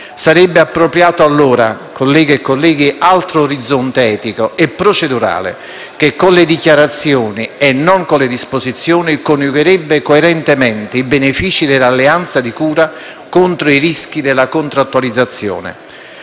Sarebbe appropriato allora, colleghe e colleghi, un altro orizzonte etico e procedurale, che con le dichiarazioni - e non con le disposizioni - coniugherebbe coerentemente i benefici dell'alleanza di cura, contro i rischi della contrattualizzazione.